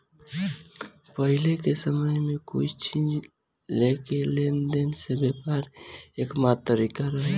पाहिले के समय में कोई चीज़ के लेन देन से व्यापार के एकमात्र तारिका रहे